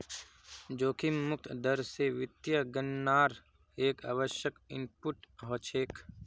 जोखिम मुक्त दर स वित्तीय गणनार एक आवश्यक इनपुट हछेक